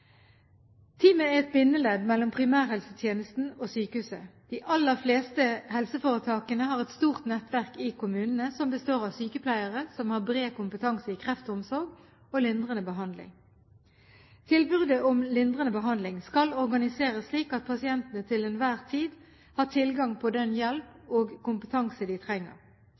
er et bindeledd mellom primærhelsetjenesten og sykehuset. De aller fleste helseforetakene har et stort nettverk i kommunene, som består av sykepleiere som har bred kompetanse i kreftomsorg og lindrende behandling. Tilbudet om lindrende behandling skal organiseres slik at pasientene til enhver tid har tilgang på den hjelp og kompetanse de trenger.